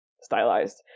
stylized